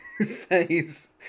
says